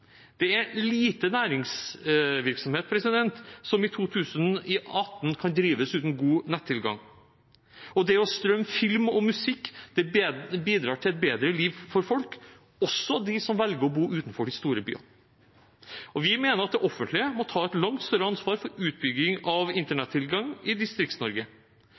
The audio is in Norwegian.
Det er lite næringsvirksomhet som i 2018 kan drives uten god nettilgang. Det å strømme film og musikk bidrar til et bedre liv for folk, også dem som velger å bo utenfor de store byene. Vi mener at det offentlige må ta et langt større ansvar for utbygging av internettilgang i